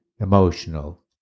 emotional